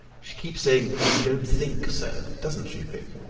she keeps saying you don't think, sir doesn't she, pick?